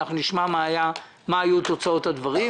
אנחנו נשמע מה היו תוצאות הדברים.